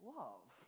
love